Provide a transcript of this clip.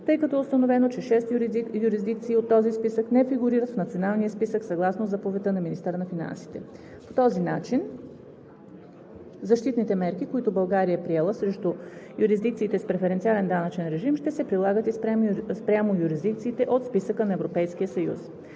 тъй като е установено, че шест юрисдикции от този списък не фигурират в националния списък съгласно заповедта на министъра на финансите. По този начин защитните мерки, които България е приела срещу юрисдикциите с преференциален данъчен режим, ще се прилагат и спрямо юрисдикциите от списъка на Европейския съюз.